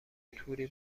توری